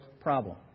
problem